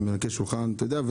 ואתה יודע,